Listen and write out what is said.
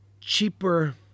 cheaper